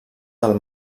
del